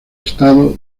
estado